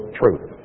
truth